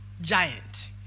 giant